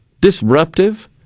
disruptive